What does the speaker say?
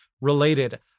related